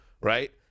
right